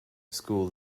school